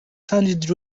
sounded